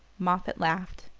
moffatt laughed.